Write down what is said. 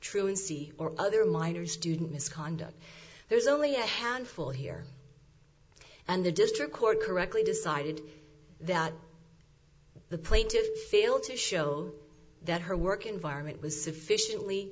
truancy or other minor student misconduct there's only a handful here and the district court correctly decided that the plaintiffs failed to show that her work environment was sufficiently